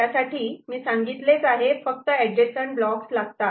त्यासाठी मी सांगितलेच आहे फक्त ऍडजसंट ब्लॉक्स लागतात